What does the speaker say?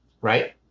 right